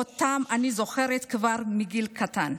ואני זוכרת אותם כבר מגיל קטן.